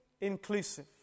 inclusive